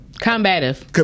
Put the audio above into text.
combative